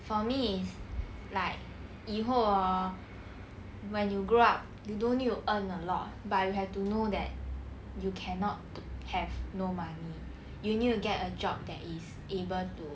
for me it's like 以后 hor when you grow up you don't need to earn a lot but you have to know that you cannot have no money you need to get a job that is able to